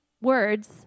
words